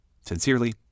Sincerely